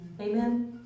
Amen